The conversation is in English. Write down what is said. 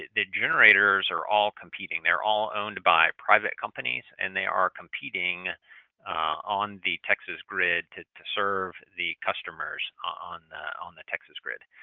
generators are all competing. they're all owned by private companies and they are competing on the texas grid to to serve the customers on the on the texas grid.